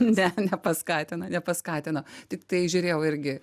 ne epaskatina nepaskatino tiktai žiūrėjau irgi